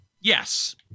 Yes